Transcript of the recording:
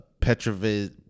Petrovich